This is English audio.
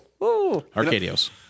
Arcadios